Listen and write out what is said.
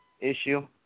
issue